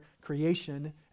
creation